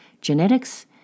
Genetics